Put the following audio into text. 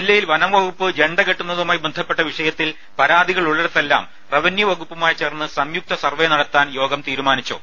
ജില്ലയിൽ വനംവകുപ്പ് ജെണ്ട കെട്ടുന്നതുമായി ബന്ധപ്പെട്ട വിഷയത്തിൽ പരാതികൾ ഉള്ളിടത്തെല്ലാം റവന്യൂ വകുപ്പുമായി ചേർന്ന് സംയുക്ത സർവേ നടത്താൻ യോഗം തീരുമാനിച്ചു